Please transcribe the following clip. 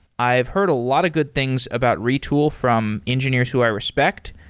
i've heard a lot of good things about retool from engineers who i respect.